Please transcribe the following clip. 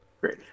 Great